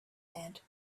hand